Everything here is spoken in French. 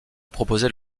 proposer